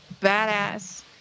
badass